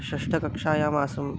षष्टकक्षायामासम्